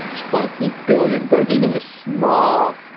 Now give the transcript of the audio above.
twenty billion birds! even the small,